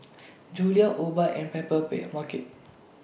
Julie's Obike and Paper Market